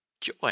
joy